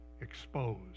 exposed